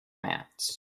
mats